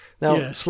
Now